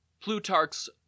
Plutarch's